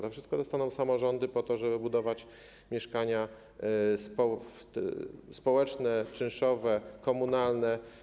To wszystko dostaną samorządy, po to żeby budować mieszkania społeczne, czynszowe, komunalne.